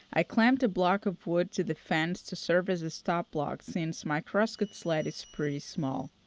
i clamped a block of wood to the fence to serve as a stop block since my cross-cut sled is pretty small.